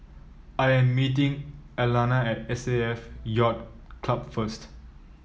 I am meeting Alanna at S A F Yacht Club first